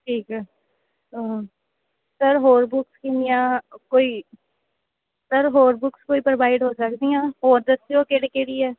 ਠੀਕ ਹੈ ਸਰ ਹੋਰ ਬੁੱਕਸ ਕਿੰਨੀਆਂ ਕੋਈ ਸਰ ਹੋਰ ਬੁੱਕਸ ਕੋਈ ਪ੍ਰੋਵਾਈਡ ਹੋ ਸਕਦੀਆਂ ਹੋਰ ਦੱਸਿਓ ਕਿਹੜੀ ਕਿਹੜੀ ਹੈ